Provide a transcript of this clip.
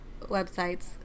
websites